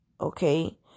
okay